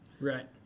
right